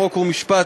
חוק ומשפט,